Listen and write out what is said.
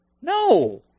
No